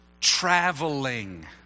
traveling